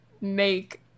make